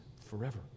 forever